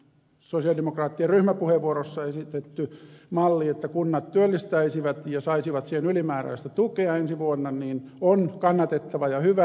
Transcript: esimerkiksi sosialidemokraattien ryhmäpuheenvuorossa esitetty malli että kunnat työllistäisivät ja saisivat siihen ylimääräistä tukea ensi vuonna on kannatettava ja hyvä